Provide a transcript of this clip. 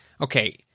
Okay